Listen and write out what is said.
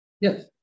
Yes